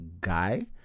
guy